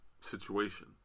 situation